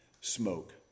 smoke